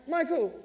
Michael